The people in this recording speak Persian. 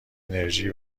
انرژی